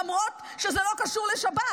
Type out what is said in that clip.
למרות שזה לא קשור לשב"ס.